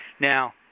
Now